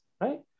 right